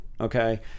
okay